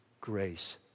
grace